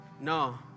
no